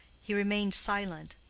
he remained silent,